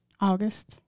august